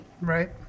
Right